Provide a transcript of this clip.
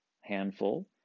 handful